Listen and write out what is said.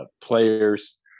players